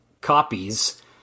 copies